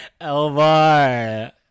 Elbar